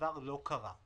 והדבר לא קרה.